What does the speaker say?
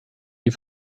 die